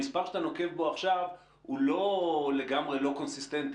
המספר שאתה נוקב בו עכשיו הוא לא לגמרי לא קונסיסטנטי.